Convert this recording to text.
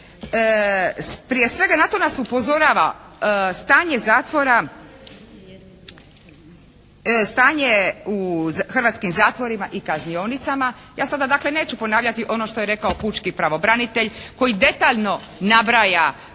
Prije svega na to nas upozorava stanje zatvora, stanje u hrvatskim zatvorima i kaznionicama. Ja sada dakle neću ponavljati ono što je rekao pučki pravobranitelj koji detaljno nabraja